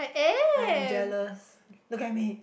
I'm jealous look at me